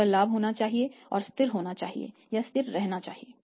सकल लाभ होना चाहिए और यह स्थिर होना चाहिए या स्थिर रहना चाहिए